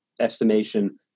estimation